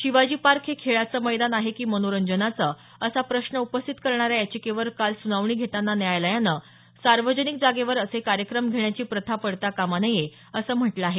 Shivaji Park हे खेळाचं मैदान आहे की मंनोरंजनाचं असा प्रश्न उपस्थित करणार्या याचिकेवर काल सुनावणी घेताना न्यायालयानं सार्वजनिक जागेवर असे कार्यक्रम घेण्याची प्रथा पडता कामा नये असं म्हटलं आहे